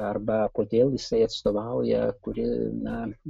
arba kodėl jisai atstovauja kuri na